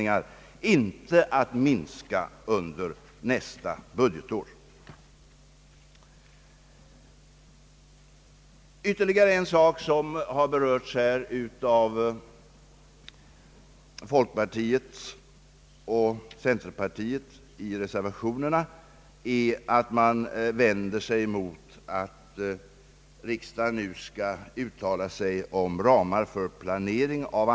I propositionen 110 betonas mycket bestämt att ramarna skall tjäna till ledning för planeringen och inte innebära någon bindning för framtiden. Försvarsutredningen är följaktligen helt obunden av dessa planeringsramar.